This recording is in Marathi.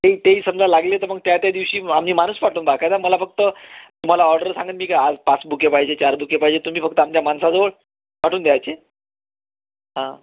ते तेही समजा लागले तर मग त्या त्या दिवशी आम्ही माणूस पाठवून बा का मला फक्त तुम्हाला ऑर्डर सांगेन मी आज पाच बुके पाहिजे चार बुके पाहिजे तुम्ही फक्त आमच्या माणसाजवळ पाठवून द्यायचे हां